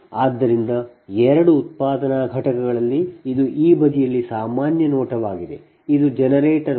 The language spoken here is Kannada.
ಆದ್ದರಿಂದ ಎರಡು ಉತ್ಪಾದನಾ ಘಟಕಗಳಲ್ಲಿ ಇದು ಈ ಬದಿಯಲ್ಲಿ ಸಾಮಾನ್ಯ ನೋಟವಾಗಿದೆ ಇದು ನಿಮ್ಮ ಜನರೇಟರ್ 1 ಮತ್ತು ಇದು ನಿಮ್ಮ ಜನರೇಟರ್ 2